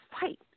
fight